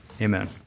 amen